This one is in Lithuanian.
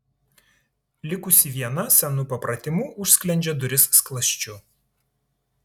likusi viena senu papratimu užsklendžia duris skląsčiu